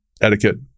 etiquette